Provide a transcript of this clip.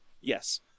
Yes